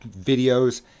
videos